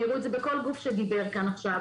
הראו את זה בכל גוף שדיבר כאן עכשיו,